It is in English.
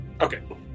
Okay